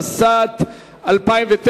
התשס"ט 2009,